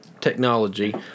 technology